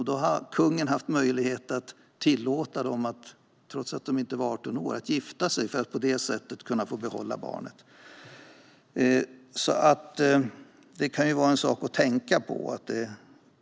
Då hade kungen möjlighet att tillåta dem att gifta sig trots att de inte var 18 år för att de skulle kunna behålla barnet. Detta kan vara en sak att tänka på.